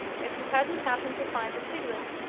if you hadn't happened to find the piglet,